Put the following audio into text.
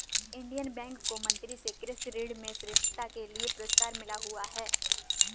Indian bank को मंत्री से कृषि ऋण में श्रेष्ठता के लिए पुरस्कार मिला हुआ हैं